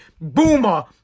boomer